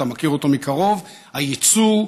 אתה מכיר אותו מקרוב: היצוא,